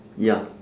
ya